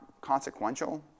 consequential